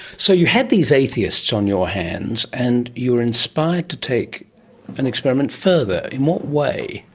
so you had these atheists on your hands and you were inspired to take an experiment further. in what way?